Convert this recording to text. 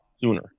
sooner